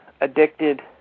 addicted